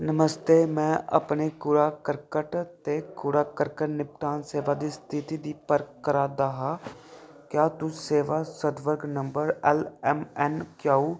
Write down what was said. नमस्ते में अपने कूड़ा करकट ते कूड़ा करकट निपटान सेवा दी स्थिति दी परख करा दा हा क्या तुस सेवा सदबर्ग number L M N Q